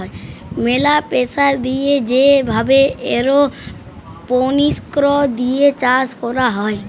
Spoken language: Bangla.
ম্যালা প্রেসার দিয়ে যে ভাবে এরওপনিক্স দিয়ে চাষ ক্যরা হ্যয়